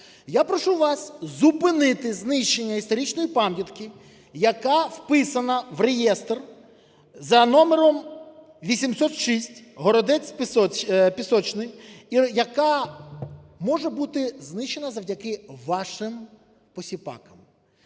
Я прошу вас зупинити знищення історичної пам'ятки, яка вписана в реєстр за номером 806 "Городець Пісочний" і яка може бути знищена завдяки вашим посіпакам.